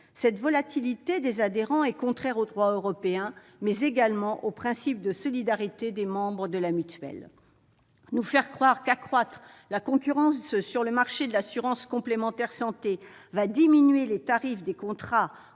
Cette volatilité des adhérents est contraire au droit européen, mais également au principe de solidarité des membres d'une mutuelle. Nous faire croire qu'accroître la concurrence sur le marché des complémentaires santé diminuera les tarifs des contrats,